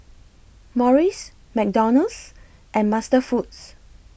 Morries McDonald's and MasterFoods